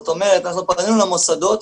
זאת אומרת אנחנו פנינו למוסדות,